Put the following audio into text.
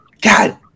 God